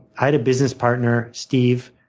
had a business partner, steve,